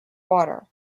water